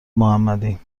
محمدی